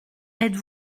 êtes